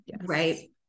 right